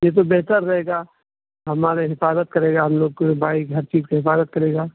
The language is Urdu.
یہ تو بہتر رہے گا ہمارے حفاظت کرے گا ہم لوگ کو بائک ہر چیز کا حفاظت کرے گا